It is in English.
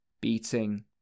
beating